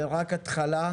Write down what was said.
זה רק התחלה,